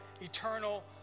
eternal